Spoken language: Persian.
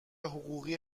حقوقی